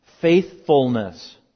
Faithfulness